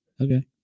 Okay